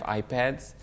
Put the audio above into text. iPads